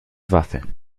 waffeln